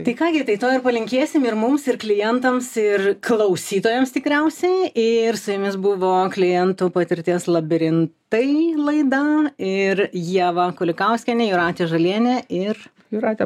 tai ką gi tai to ir palinkėsim ir mums ir klientams ir klausytojams tikriausiai ir su jumis buvo klientų patirties labirintai laida ir ieva kulikauskienė jūratė žalienė ir jūrate